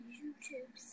YouTube